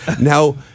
Now